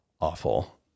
awful